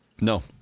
No